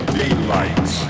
daylight